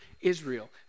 Israel